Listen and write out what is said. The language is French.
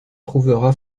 trouvera